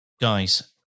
Guys